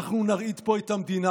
אנחנו נרעיד פה את המדינה.